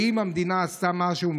האם המדינה עשתה משהו?